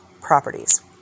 properties